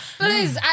please